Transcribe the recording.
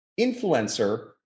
influencer